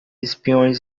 espiões